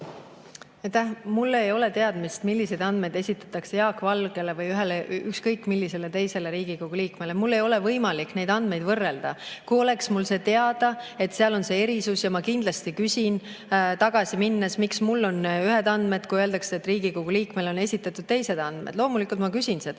Mul ei ole teadmist, milliseid andmeid esitatakse Jaak Valgele või ükskõik millisele teisele Riigikogu liikmele. Mul ei ole võimalik neid andmeid võrrelda. Kui mul oleks see teada, et seal on see erisus – ja ma kindlasti küsin tagasi minnes, miks mul on ühed andmed, kui öeldakse, et Riigikogu liikmele on esitatud teised andmed –, siis ma küsin seda.